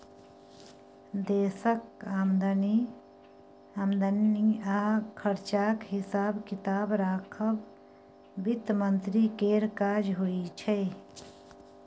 देशक आमदनी आ खरचाक हिसाब किताब राखब बित्त मंत्री केर काज होइ छै